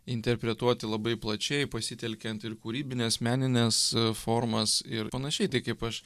interpretuoti labai plačiai pasitelkiant ir kūrybines menines formas ir panašiai tai kaip aš